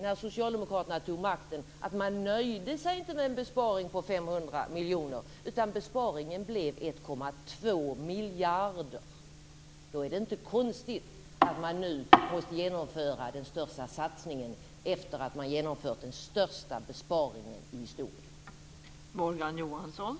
När Socialdemokraterna tog makten visade det sig att man inte nöjde sig med en besparing på 500 miljoner, utan besparingen blev 1,2 miljarder. Det är inte konstigt att man nu måste genomföra den största satsningen efter att man genomfört den största besparingen i historien.